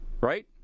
right